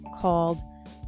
called